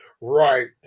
Right